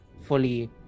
fully